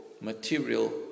material